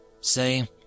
say